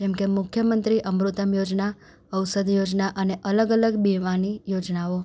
જેમકે મુખ્યમંત્રી અમૃતમ યોજના ઔષધ યોજના અને અલગ અલગ બીમારીની યોજનાઓ